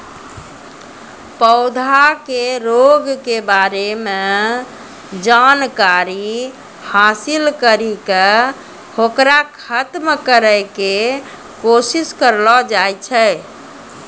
पौधा के रोग के बारे मॅ जानकारी हासिल करी क होकरा खत्म करै के कोशिश करलो जाय छै